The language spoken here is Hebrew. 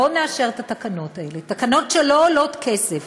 בואו נאשר את התקנות האלה, תקנות שלא עולות כסף,